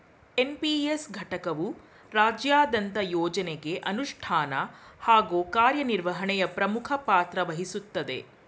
NPS ಘಟಕವು ರಾಜ್ಯದಂತ ಯೋಜ್ನಗೆ ಅನುಷ್ಠಾನ ಹಾಗೂ ಕಾರ್ಯನಿರ್ವಹಣೆಯ ಪ್ರಮುಖ ಪಾತ್ರವಹಿಸುತ್ತದೆ